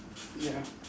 ya